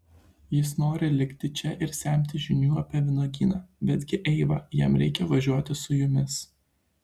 jis nori likti čia ir semtis žinių apie vynuogyną betgi eiva jam reikia važiuoti su jumis